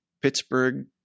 Pittsburgh